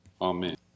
amen